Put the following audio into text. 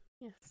Yes